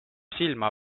silma